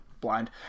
blind